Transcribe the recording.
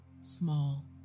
small